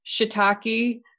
shiitake